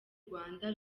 rwanda